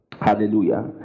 Hallelujah